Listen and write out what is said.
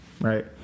right